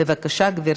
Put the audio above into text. בבקשה, גברתי.